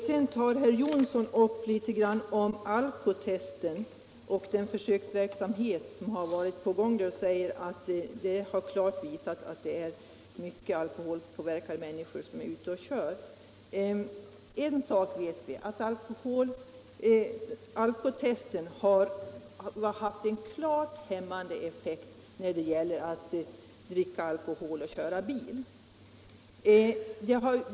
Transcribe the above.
Sedan berörde herr Jonsson i Alingsås alkotesten och den försöksverksamhet som har pågått och sade att den klart har visat att många alkoholpåverkade människor är ute och kör. En sak ver vi: alkotesten har haft en klart hämmande effekt i fråga om alkoholförtäring i samband med bilkörning.